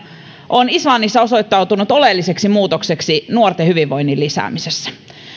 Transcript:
on islannissa osoittautunut oleelliseksi muutokseksi nuorten hyvinvoinnin lisäämisessä